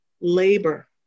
labor